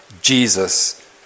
Jesus